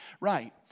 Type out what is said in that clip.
Right